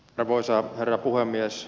arvoisa herra puhemies